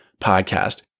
podcast